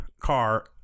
car